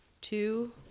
two